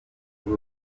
kuri